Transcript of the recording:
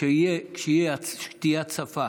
כשתהיה הצפה